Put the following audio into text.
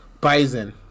bison